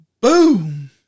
Boom